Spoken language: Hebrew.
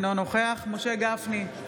אינו נוכח משה גפני,